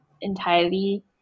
entirely